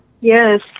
Yes